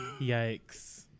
Yikes